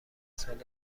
مسائل